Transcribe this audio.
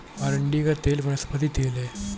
अरंडी का तेल वनस्पति तेल है